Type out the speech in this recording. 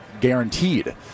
guaranteed